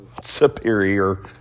Superior